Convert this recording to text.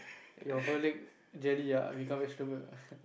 your whole leg jelly ah become vegetable ah